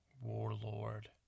warlord